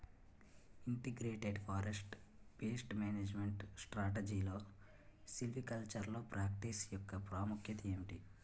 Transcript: Integrated forest pest management స్ట్రాటజీలో silvicultural practice యెక్క ప్రాముఖ్యత ఏమిటి??